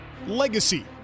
legacy